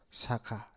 saka